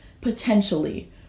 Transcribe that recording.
potentially